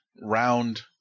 round